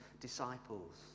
disciples